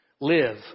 Live